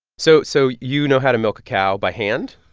so so you know how to milk a cow by hand?